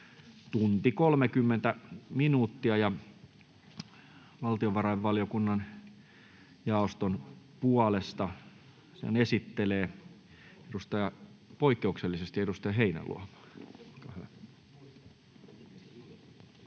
tunti ja 30 minuuttia. — Valtiovarainvaliokunnan jaoston puolesta sen esittelee poikkeuksellisesti edustaja Heinäluoma.